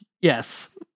Yes